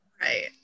right